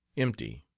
empty.